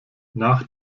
nach